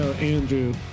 Andrew